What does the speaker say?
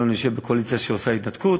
לא נשב בקואליציה שעושה התנתקות.